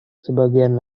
sebagian